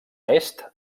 est